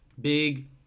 big